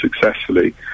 successfully